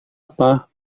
apa